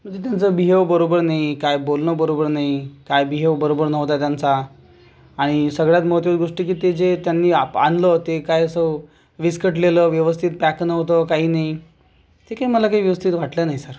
म्हणजे त्यांचं बिहेव बरोबर नाही काय बोलणं बरोबर नाही काय बिहेव बरोबर नव्हता त्यांचा आणि सगळ्यात महत्त्वाची गोष्ट की ते जे त्यांनी आप आणलं ते काय असं विस्कटलेलं व्यवस्थित पॅक नव्हतं काही नाही ते काही मला काही व्यवस्थित वाटलं नाही सर